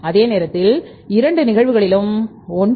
அதே நேரத்தில் இரண்டு நிகழ்வுகளிலும் 1